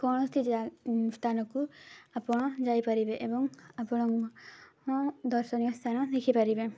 କୌଣସି ସ୍ଥାନକୁ ଆପଣ ଯାଇପାରିବେ ଏବଂ ଆପଣ ଦର୍ଶନୀୟ ସ୍ଥାନ ଦେଖିପାରିବେ